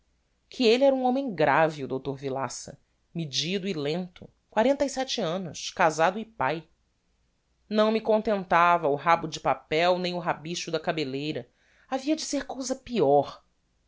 que elle era um homem grave o dr villaça medido e lento quarenta e sete annos casado e pae não me contentava o rabo de papel nem o rabicho da cabelleira havia de ser cousa peor